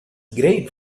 great